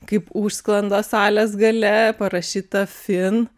kaip užsklandos salės gale parašyta fin